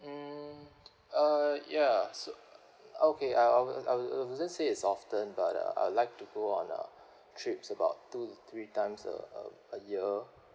mm uh ya so okay uh I will I wouldn't say it's often but uh I would like to go on uh trips about two three times a a a year